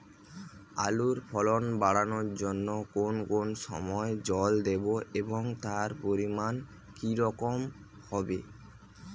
আলুর ফলন বাড়ানোর জন্য কোন কোন সময় জল দেব এবং তার পরিমান কি রকম হবে?